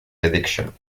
addiction